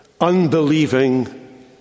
Unbelieving